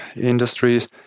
industries